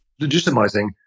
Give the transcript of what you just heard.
Legitimizing